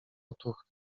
otuchy